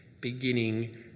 beginning